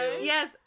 Yes